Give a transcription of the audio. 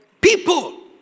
People